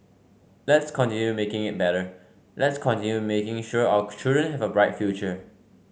let's continue making it better let's continue making sure our children have a bright future